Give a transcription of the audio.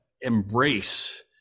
embrace